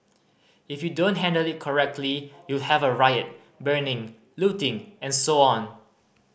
if you don't handle it correctly you'll have a riot burning looting and so on